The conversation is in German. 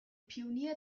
pionier